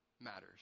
matters